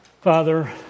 Father